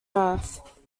earth